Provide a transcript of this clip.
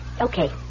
Okay